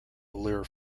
lure